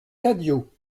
cadio